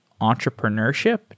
entrepreneurship